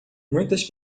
muitas